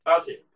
Okay